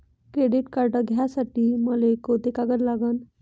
Credit card घ्यासाठी मले कोंते कागद लागन?